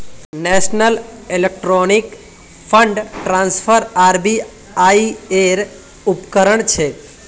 national electronic fund transfer RBI ऐर उपक्रम छेक